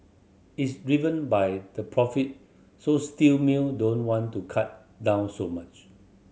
it's driven by the profit so steel mill don't want to cut down so much